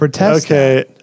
okay